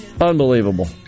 Unbelievable